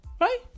Right